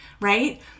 right